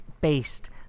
based